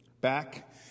Back